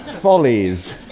Follies